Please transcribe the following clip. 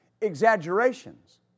Exaggerations